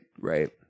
right